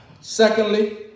Secondly